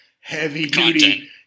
heavy-duty –